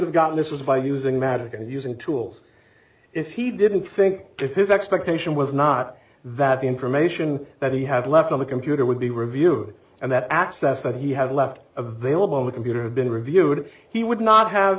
have gotten this was by using magic and using tools if he didn't think if his expectation was not that the information that he had left on the computer would be reviewed and that access that he had left a vailable with computer have been reviewed he would not have